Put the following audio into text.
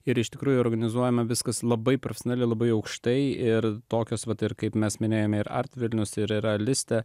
ir iš tikrųjų organizuojama viskas labai profesionaliai labai aukštai ir tokios pat ir kaip mes minėjome ir art vilnius ir realistė